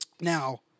Now